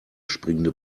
springende